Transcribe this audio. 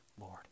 Lord